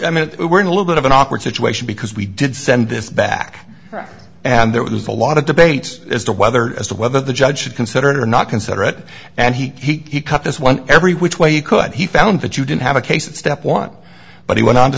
i mean we're in a little bit of an awkward situation because we did send this back and there was a lot of debate as to whether as to whether the judge should consider it or not consider it and he cut this one every which way you could he found that you didn't have a case of step one but he went on to